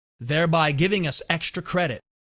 thereby giving us extra credit,